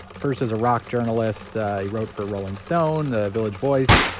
first as a rock journalist, he wrote for rolling stone, the village voice.